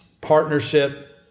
partnership